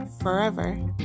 forever